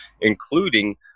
including